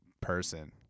person